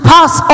pass